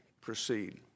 proceed